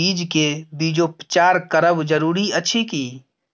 बीज के बीजोपचार करब जरूरी अछि की?